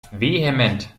vehement